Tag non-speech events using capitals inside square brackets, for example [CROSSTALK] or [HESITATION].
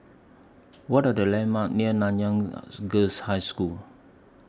What Are The landmarks near Nanyang [HESITATION] Girls' High School